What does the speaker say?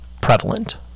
prevalent